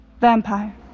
Vampire